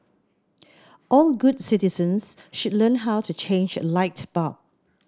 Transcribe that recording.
all good citizens should learn how to change a light bulb